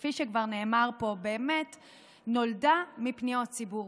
שכפי שכבר נאמר פה נולדה מפניות ציבור,